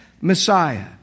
Messiah